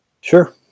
Sure